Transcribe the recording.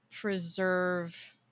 preserve